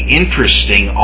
interesting